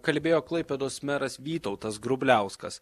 kalbėjo klaipėdos meras vytautas grubliauskas